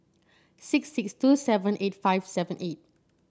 six six two seven eight five seven eight